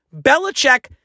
Belichick